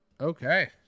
okay